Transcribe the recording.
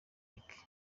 lick